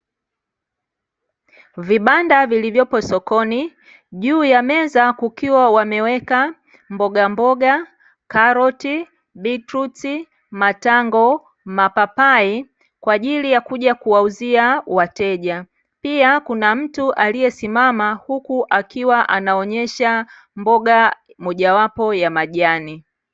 Vibanda vilivyoko sokoni juu yameza kukiwa wameweka mbogamboga, karoti, bitruti, matango, mapapai kwa ajili ya kuja kuwauzia wateja, pia kuna mtu aliyesimama huku akiwa naonyesha mboga mojawapo ya majani.